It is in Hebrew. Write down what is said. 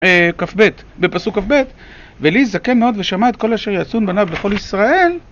כ"ב בפסוק כ"ב ועלי זקן מאוד ושמע את כל אשר יעשון בניו בכל ישראל,